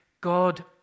God